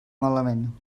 malament